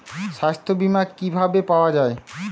সাস্থ্য বিমা কি ভাবে পাওয়া যায়?